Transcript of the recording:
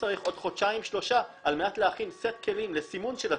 אצטרך עוד חודשיים שלושה על מנת להכין סט כלים לסימון של הציוד.